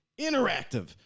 interactive